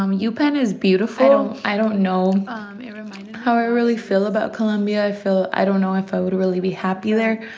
um yeah upenn is beautiful i don't know how i really feel about columbia. i feel i don't know if i would really be happy there.